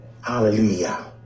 Hallelujah